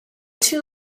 two